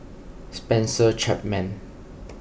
Spencer Chapman